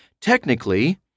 Technically